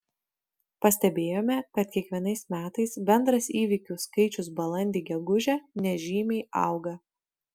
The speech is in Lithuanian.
pastebėjome kad kiekvienais metais bendras įvykių skaičius balandį gegužę nežymiai auga